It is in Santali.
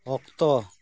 ᱚᱠᱛᱚ